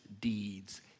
deeds